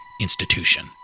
institution